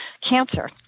cancer